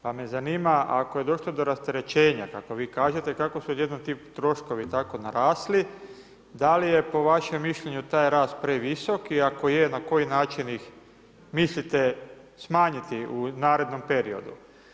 Pa me zanima, ako je došlo do rasterećenja kako vi kažete, kako su odjednom ti troškovi tako narasli, da li je po vašem mišljenju taj rast previsok i ako je, na koji način ih mislite smanjiti u narednom periodu?